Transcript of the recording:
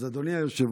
אז אדוני היושב-ראש,